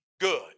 good